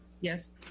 Yes